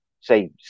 say